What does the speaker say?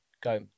go